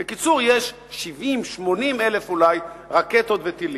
בקיצור, יש 70,000 80,000, אולי, רקטות וטילים.